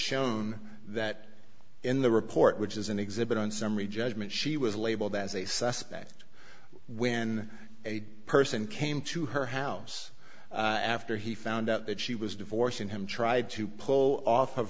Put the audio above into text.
shown that in the report which is an exhibit on summary judgment she was labeled as a suspect when a person came to her house after he found out that she was divorcing him tried to pull off of